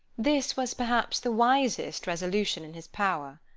this was perhaps the wisest resolution in his power.